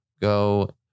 go